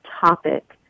topic